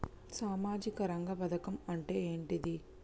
సామాజిక రంగ పథకం అంటే ఏంటిది?